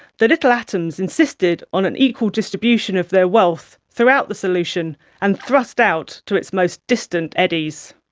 the little atoms insisted on an equal distribution of their wealth throughout the solution and thrust out to its most distant eddies.